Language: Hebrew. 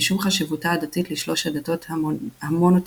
משום חשיבותה הדתית לשלוש הדתות המונותאיסטיות,